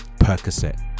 percocet